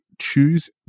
choose